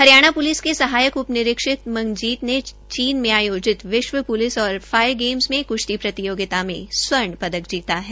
Haryana police के सहायक उप निरीक्षक मंजीत ने चीन में आयोजित विश्व प्लिस और फायर गेम्स में कृश्ती प्रतियोगिता में स्वर्ण पदक जीता है